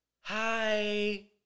Hi